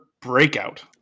breakout